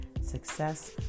success